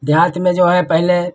देहात में जो है पहले